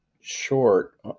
short